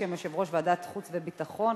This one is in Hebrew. בשם יושב-ראש ועדת החוץ והביטחון,